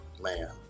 man